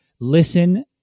listen